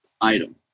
item